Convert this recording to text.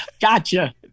Gotcha